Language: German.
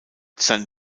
sein